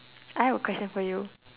I have a question for you